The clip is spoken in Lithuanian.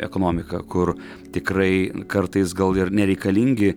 ekonomiką kur tikrai kartais gal ir nereikalingi